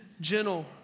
gentle